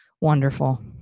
Wonderful